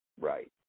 Right